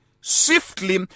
swiftly